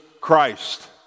Christ